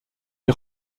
est